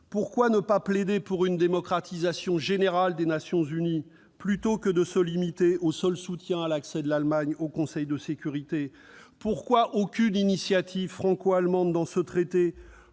Pourquoi ne pas plaider pour une démocratisation générale des Nations unies, plutôt que de se limiter au seul soutien à l'accès de l'Allemagne au Conseil de sécurité ? Pourquoi ne trouve-t-on, dans ce traité,